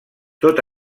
tot